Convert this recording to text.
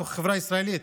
בתוך החברה הישראלית,